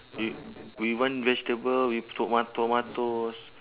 eat we want vegetable we toma~ tomatoes